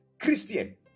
Christian